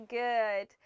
good